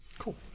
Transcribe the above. cool